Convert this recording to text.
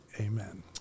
Amen